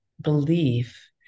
belief